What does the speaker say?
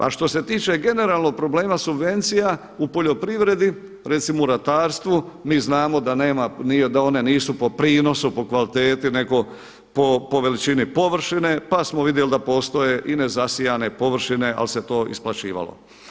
A što se tiče generalno problema subvencija u poljoprivredi, recimo u ratarstvu mi znamo da one nisu po prinosu po kvaliteti nego po veličini površine, pa smo vidjeli da postoje i ne zasijane površine ali se to isplaćivalo.